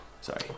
Sorry